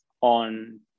on